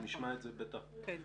אנחנו נשמע את זה בטח בהמשך.